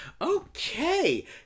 okay